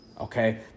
Okay